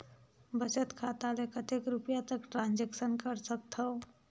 बचत खाता ले कतेक रुपिया तक ट्रांजेक्शन कर सकथव?